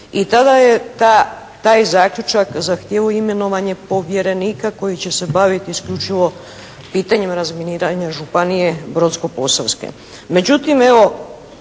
I tada je taj zaključak zahtijevao imenovanje povjerenika koji će se baviti isključivo pitanjem razminiranja Županije brodsko-posavske.